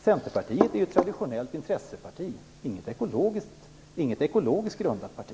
Centerpartiet är ju ett traditionellt intresseparti, inte ett ekologiskt grundat parti.